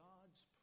God's